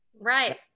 Right